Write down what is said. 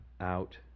out